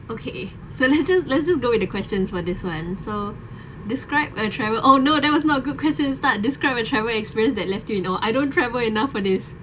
okay so let's just let's just go into questions for this one so describe a travel oh no that was not a good question start describe a travel experience that left you in awe I don't travel enough for this